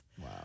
Wow